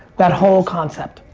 that whole concept.